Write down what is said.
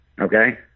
Okay